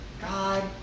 God